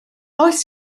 oes